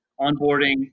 onboarding